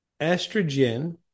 estrogen